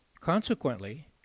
Consequently